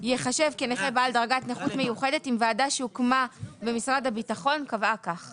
ייחשב כנכה בעל דרגת נכות מיוחדת אם עדה שהוקמה במשרד הביטחון קבעה כך.